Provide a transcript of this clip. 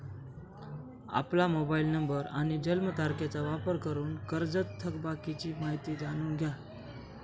आपला mobile number आणि जन्मतारखेचा वापर करून कर्जत थकबाकीची माहिती जाणून घ्या